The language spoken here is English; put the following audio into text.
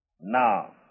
Now